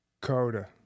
coda